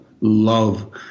love